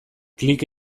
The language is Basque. klik